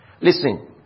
Listen